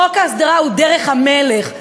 חוק ההסדרה הוא דרך המלך,